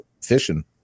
fishing